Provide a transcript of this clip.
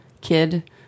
kid